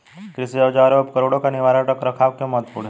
कृषि औजारों और उपकरणों का निवारक रख रखाव क्यों महत्वपूर्ण है?